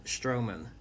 Strowman